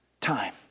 time